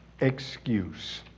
excuse